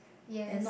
yes